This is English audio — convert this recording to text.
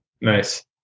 Nice